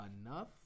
enough